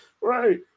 right